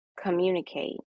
Communicate